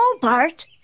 Bart